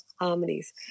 harmonies